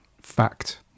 Fact